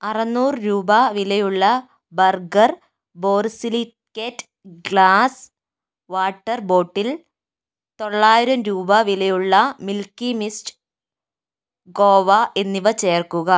അറുന്നൂറു രൂപ വിലയുള്ള burger borosilicate glass water bottle തൊള്ളായിരം രൂപ വിലയുള്ള മിൽക്കി മിസ്റ്റ് ഖോവ എന്നിവ ചേർക്കുക